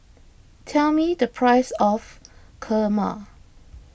tell me the price of Kurma